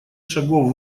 шагов